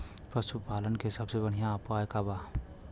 पशु पालन के सबसे बढ़ियां उपाय का बा?